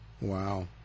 Wow